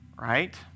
right